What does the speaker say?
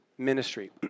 Ministry